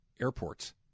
Airports